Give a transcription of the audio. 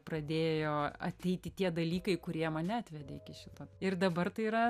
pradėjo ateiti tie dalykai kurie mane atvedė iki šito ir dabar tai yra